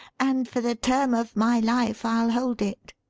and for the term of my life i'll hold it